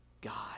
God